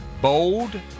bold